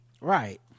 right